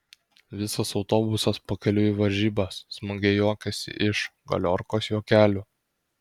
visas autobusas pakeliui į varžybas smagiai juokėsi iš galiorkos juokelių